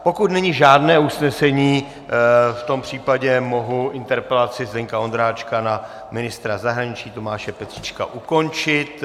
Pokud není žádné usnesení, v tom případě mohu interpelaci Zdeňka Ondráčka na ministra zahraničí Tomáše Petříčka ukončit.